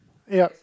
yup